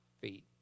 feet